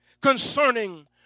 concerning